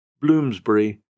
Bloomsbury